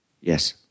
Yes